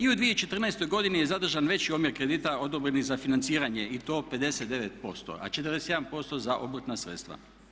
I u 2014. godini je zadržan veći omjer kredita odobrenih za financiranje i to 59%, a 41% za obrtna sredstva.